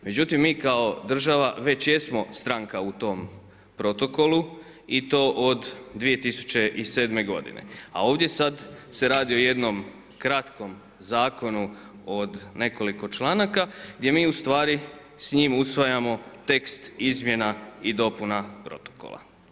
Međutim mi kao država već jesmo stranka u tom protokolu i to od 2007. godine, a ovdje sad se radi o jednom kratkom zakonu od nekoliko članaka gdje mi ustvari s njim usvajamo tekst izmjena i dopuna protokola.